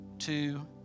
two